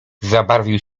zabarwił